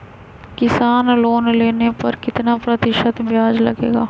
किसान लोन लेने पर कितना प्रतिशत ब्याज लगेगा?